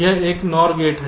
यह एक NOR gate है